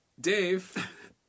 Dave